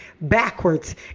backwards